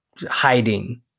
hiding